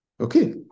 Okay